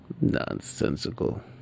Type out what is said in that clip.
Nonsensical